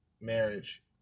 marriage